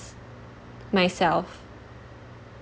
myself